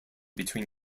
between